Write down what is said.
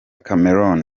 cameroon